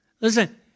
Listen